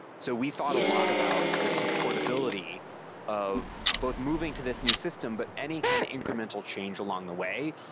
so we thought a lot about the supportability of both moving to this new system, but any kind of incremental change along the way,